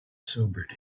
sobered